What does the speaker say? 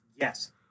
Yes